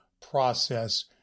Process